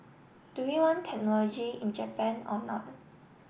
do we want technology in Japan or not